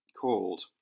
called